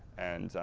and,